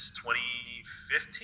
2015